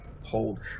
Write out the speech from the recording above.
hold